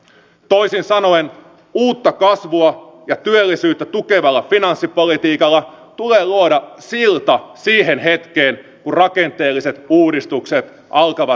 toisin sanoen uutta kasvua ja työllisyyttä tukevalla finanssipolitiikalla tulee luoda silta siihen hetkeen kun rakenteelliset uudistukset alkavat vaikuttaa